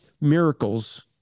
miracles